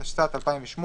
התשס"ט 2008,